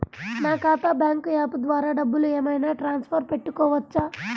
నా ఖాతా bank app ద్వారా డబ్బులు ఏమైనా ట్రాన్స్ఫర్ పెట్టుకోవచ్చా?